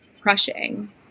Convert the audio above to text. crushing